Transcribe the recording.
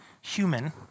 human